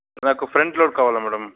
నాకు front door కావాలి madam